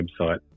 website